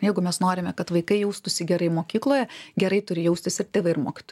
jeigu mes norime kad vaikai jaustųsi gerai mokykloje gerai turi jaustis ir tėvai ir mokytojai